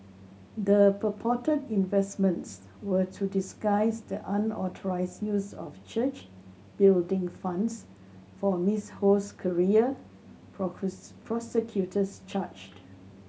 the purported investments were to disguise the unauthorized use of church building funds for Miss Ho's career prosecutors charge